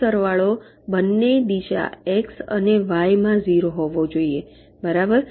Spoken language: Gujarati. કુલ સરવાળો બંને દિશા એક્સ અને વાય માં ઝીરો હોવો જોઈએ બરાબર